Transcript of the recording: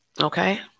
okay